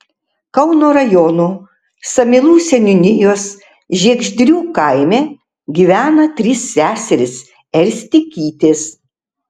kauno rajono samylų seniūnijos žiegždrių kaime gyvena trys seserys erstikytės